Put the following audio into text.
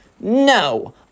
no